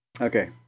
Okay